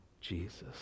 Jesus